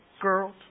girls